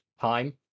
time